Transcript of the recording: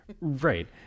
Right